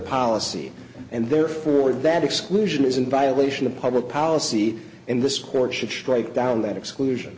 policy and therefore that exclusion is in violation of public policy and this court should strike down that exclusion